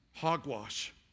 Hogwash